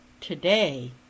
Today